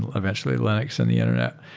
eventually linux and the internet,